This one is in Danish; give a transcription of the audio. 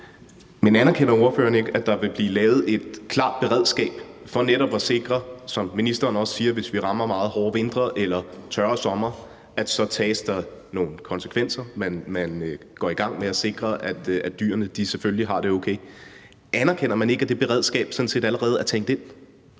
Men anerkender ordføreren ikke, at der vil blive lavet et klart beredskab for netop at sikre, som ministeren også siger, hvis vi rammer meget hårde vintre eller tørre somre, at der så tages nogle konsekvenser. Man går i gang med at sikre, at dyrene selvfølgelig har det okay. Anerkender man ikke, at det beredskab sådan set allerede er tænkt ind?